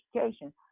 education